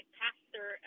pastor